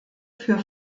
für